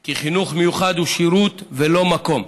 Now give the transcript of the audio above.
כי חינוך מיוחד הוא שירות ולא מקום,